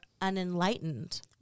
unenlightened